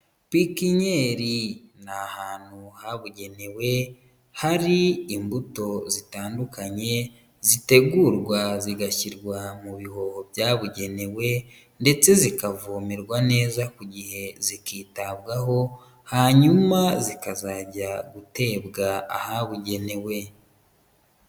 Pikinnyeri, ni ahantu habugenewe. Hari imbuto zitandukanye, zitegurwa zigashyirwa mu bihoho byabugenewe. Ndetse zikavomerwa neza ku gihe zikitabwaho, hanyuma zikazajya gutebwa ahabugenewe.